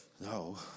No